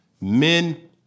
men